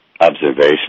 observation